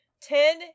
Ten